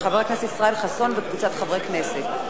של חבר הכנסת ישראל חסון וקבוצת חברי כנסת.